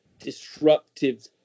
disruptive